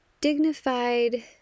dignified